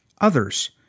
others